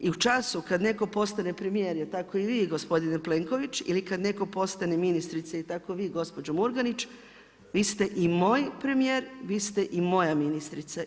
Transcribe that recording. I u času kad netko postane premijer tako i vi gospodine Plenković ili kad netko postane ministrica i tako vi gospođo Murganić vi ste i moj premijer, vi ste i moja ministrica.